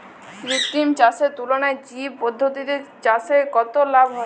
কৃত্রিম চাষের তুলনায় জৈব পদ্ধতিতে চাষে কত লাভ হয়?